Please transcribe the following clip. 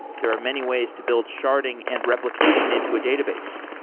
there are many ways to build sharding and replication into a database.